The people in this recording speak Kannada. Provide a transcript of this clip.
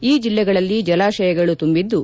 ಈ ಜಿಲ್ಲೆಗಳಲ್ಲಿ ಜಲಾಶಯಗಳು ತುಂಬಿದ್ದು